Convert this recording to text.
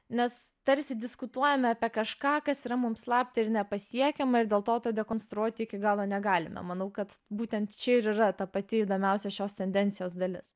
nes tarsi diskutuojame apie kažką kas yra mums slapta ir nepasiekiama ir dėl to tą dekonstruoti iki galo negalime manau kad būtent čia ir yra ta pati įdomiausia šios tendencijos dalis